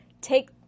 take